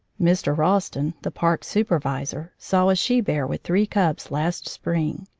mr. ralston, the park supervisor, saw a she bear with three cubs last spring.